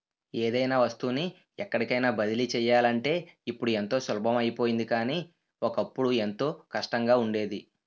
ఏదైనా వస్తువుని ఎక్కడికైన బదిలీ చెయ్యాలంటే ఇప్పుడు ఎంతో సులభం అయిపోయింది కానీ, ఒకప్పుడు ఎంతో కష్టంగా ఉండేది